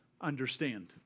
understand